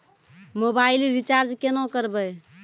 Mobile recharge केना करबै?